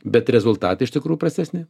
bet rezultatai iš tikrų prastesni